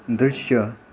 दृश्य